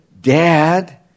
Dad